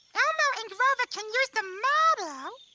elmo and grover can use the model, ah